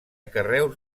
carreus